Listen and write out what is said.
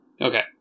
Okay